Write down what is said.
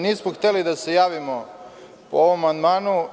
Nismo hteli da se javimo po ovom amandmanu.